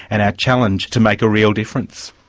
and our challenge to make a real difference.